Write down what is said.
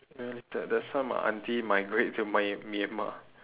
related that's why my aunty migrate to myan~ Myanmar